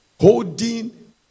holding